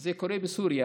זה קורה בסוריה